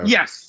Yes